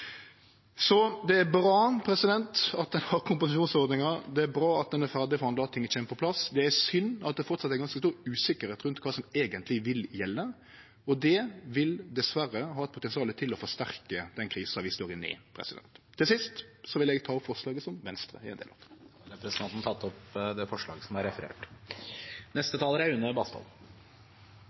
Det er bra at ein har kompensasjonsordningar. Det er bra at ein er ferdigforhandla, og at ting kjem på plass, men det er synd at det framleis er ganske stor usikkerheit rundt kva som eigentleg vil gjelde, og det vil dessverre ha eit potensial til å forsterke den krisa vi står inne i. Til sist vil eg ta opp forslaget som Venstre er ein del av. Representanten Sveinung Rotevatn har tatt opp det forslaget han refererte til. Det er